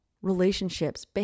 relationships